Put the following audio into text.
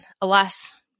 alas